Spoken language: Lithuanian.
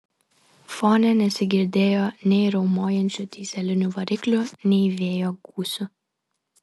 fone nesigirdėjo nei riaumojančių dyzelinių variklių nei vėjo gūsių